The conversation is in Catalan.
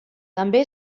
també